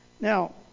Now